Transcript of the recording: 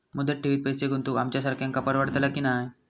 मुदत ठेवीत पैसे गुंतवक आमच्यासारख्यांका परवडतला की नाय?